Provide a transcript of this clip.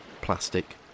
plastic